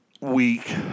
week